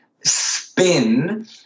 spin